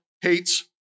hates